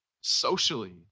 socially